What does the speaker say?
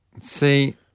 See